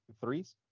Threes